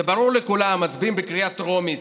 זה ברור לכולם, מצביעים בקריאה טרומית,